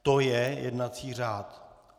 To je jednací řád.